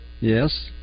Yes